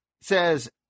says